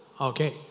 Okay